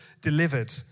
delivered